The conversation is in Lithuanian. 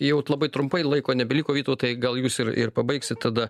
jau labai trumpai laiko nebeliko vytautai gal jūs ir ir pabaigsit tada